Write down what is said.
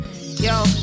Yo